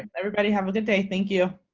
everybody have a good day. thank you.